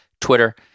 Twitter